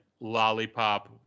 lollipop